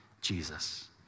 Jesus